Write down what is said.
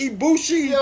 Ibushi